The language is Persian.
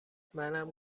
منم